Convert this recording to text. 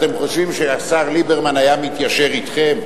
אתם חושבים שהשר ליברמן היה מתיישר אתכם?